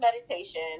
meditation